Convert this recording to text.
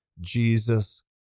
Jesus